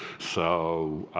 so